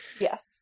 Yes